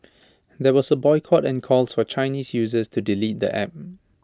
there was A boycott and calls for Chinese users to delete the app